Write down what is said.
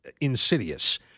insidious